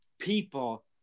People